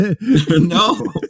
No